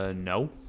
ah no